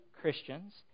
Christians